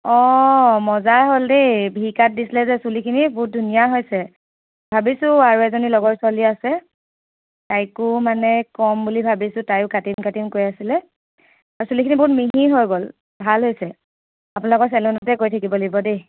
অ মজা হ'ল দেই ভি কাট দিছিলে যে চুলিখিনি বহুত ধুনীয়া হৈছে ভাবিছোঁ আৰু এজনী লগৰ ছোৱালী আছে তাইকো মানে ক'ম বুলি ভাবিছোঁ তাইও কাটিম কাটিম কৈ আছিলে চুলিখিনি বহুত মিহি হৈ গ'ল ভাল হৈছে আপোনালোক চেলুনতে গৈ থাকিব লাগিব দেই